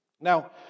Now